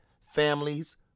families